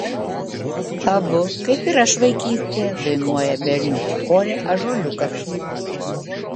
abu kaip ir aš vaikystėje dainuoja berniukų chore ąžuoliukas